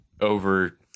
over